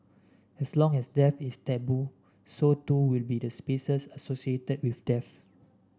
as long as death is taboo so too will be the spaces associated with death